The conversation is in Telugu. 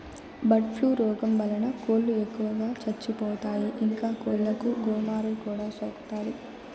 బర్డ్ ఫ్లూ రోగం వలన కోళ్ళు ఎక్కువగా చచ్చిపోతాయి, ఇంకా కోళ్ళకు గోమారి కూడా సోకుతాది